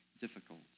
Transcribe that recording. difficult